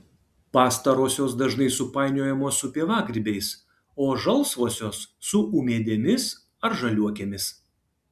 pastarosios dažnai supainiojamos su pievagrybiais o žalsvosios su ūmėdėmis ar žaliuokėmis